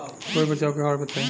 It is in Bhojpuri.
कोई बचाव के कारण बताई?